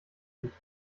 nicht